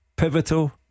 Pivotal